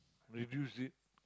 reduce it